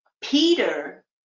Peter